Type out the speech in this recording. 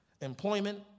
employment